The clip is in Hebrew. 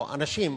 או אנשים,